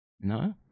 No